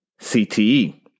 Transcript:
CTE